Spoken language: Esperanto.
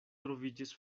troviĝis